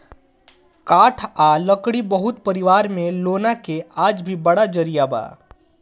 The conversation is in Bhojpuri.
काठ आ लकड़ी बहुत परिवार में लौना के आज भी बड़ा जरिया बा